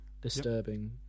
disturbing